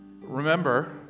Remember